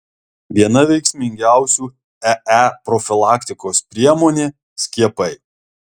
viena veiksmingiausių ee profilaktikos priemonė skiepai